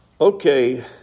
Okay